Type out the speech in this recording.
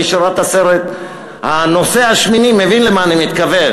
מי שראה את הסרט "הנוסע השמיני" מבין למה אני מתכוון.